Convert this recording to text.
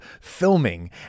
filming